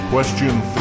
Question